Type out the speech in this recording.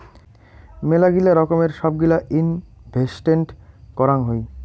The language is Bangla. মেলাগিলা রকমের সব গিলা ইনভেস্টেন্ট করাং হই